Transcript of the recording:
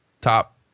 top